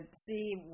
see